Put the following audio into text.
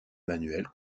manuel